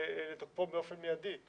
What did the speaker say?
לתוקפו באופן מידי.